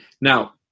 Now